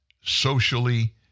socially